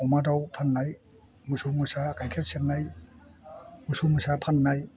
अमा दाउ फाननाय मोसौ मोसा गायखेर सेरनाय मोसौ मोसा फाननाय